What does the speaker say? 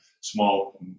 small